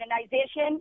organization